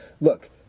Look